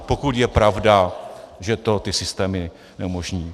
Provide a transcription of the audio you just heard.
Pokud je pravda, že to ty systémy neumožní.